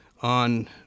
on